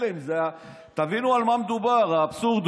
תבינו על מה מדובר: האבסורד